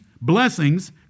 blessings